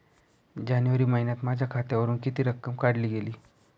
जानेवारी महिन्यात माझ्या खात्यावरुन किती रक्कम काढली गेली?